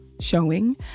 showing